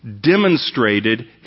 demonstrated